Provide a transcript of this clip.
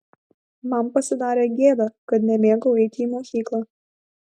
man pasidarė gėda kad nemėgau eiti į mokyklą